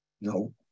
No